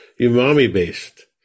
umami-based